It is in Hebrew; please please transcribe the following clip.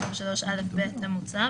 בסעיף 133א(ב) המוצע,